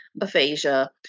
aphasia